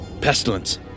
Pestilence